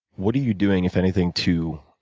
what are you doing, if anything, to